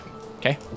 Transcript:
okay